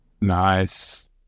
Nice